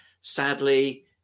Sadly